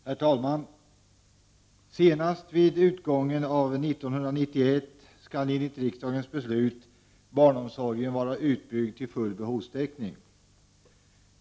Herr talman! Senast vid utgången av 1991 skall enligt riksdagens beslut barnomsorgen vara utbyggd till full behovstäckning.